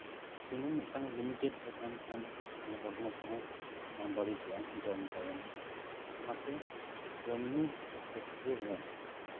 ᱥᱩᱱᱩᱢ ᱢᱤᱫᱴᱟᱱ ᱞᱤᱢᱤᱴᱮᱰ ᱨᱮ ᱛᱟᱦᱮᱱ ᱠᱷᱟᱱ ᱛᱟᱦᱞᱮ ᱦᱚᱲᱢᱚ ᱠᱚᱦᱚᱸ ᱵᱟᱝ ᱵᱟᱹᱲᱤᱡᱚᱜᱼᱟ ᱡᱚᱢ ᱛᱟᱭᱚᱢ ᱦᱚᱸ ᱚᱱᱟᱛᱮ ᱡᱚᱢ ᱧᱩ ᱠᱚ ᱠᱷᱮᱛᱨᱮ ᱨᱮ